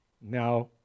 Now